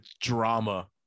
drama